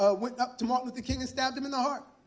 ah went up to martin luther king and stabbed him in the heart.